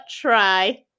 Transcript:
try